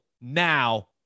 now